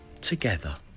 together